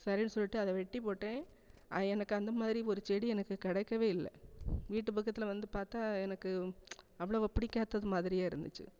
சரின்னு சொல்லிவிட்டு அதை வெட்டி போட்டேன் அது எனக்கு அந்த மாதிரி ஒரு செடி எனக்கு கிடைக்கவே இல்லை வீட்டு பக்கத்தில் வந்து பார்த்தா எனக்கு அவ்ளோவாக பிடிக்காதது மாதிரியே இருந்துச்சு